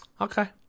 Okay